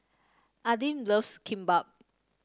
Aidyn loves Kimbap